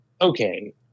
okay